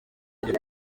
mbere